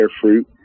fruit